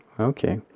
Okay